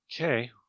Okay